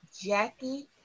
Jackie